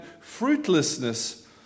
fruitlessness